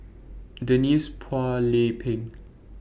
Denise Phua Lay Peng